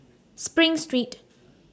SPRING Street